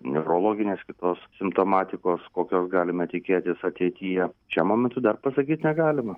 neurologinės kitos simptomatikos kokios galime tikėtis ateityje šiam momentui dar pasakyt negalima